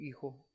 Hijo